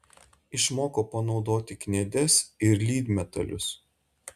išmoko panaudoti kniedes ir lydmetalius